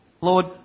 Lord